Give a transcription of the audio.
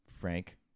Frank